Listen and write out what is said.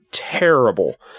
terrible